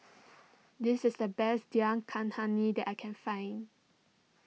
this is the best Dal that I can find